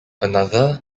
another